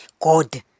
god